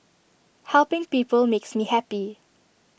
helping people makes me happy